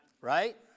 Right